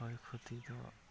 ᱠᱷᱚᱭᱼᱠᱷᱚᱛᱤ ᱫᱚ